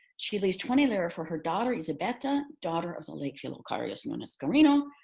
she leaves twenty lire for her daughter, ysabeta, daughter of the late figiliocarius known as carino,